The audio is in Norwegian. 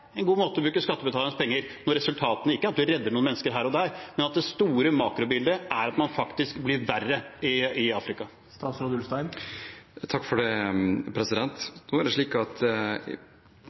en god måte å bruke skattebetalernes penger på, når resultatet ikke er at vi redder noen mennesker her og der, men at det store makrobildet er at det faktisk blir verre i Afrika?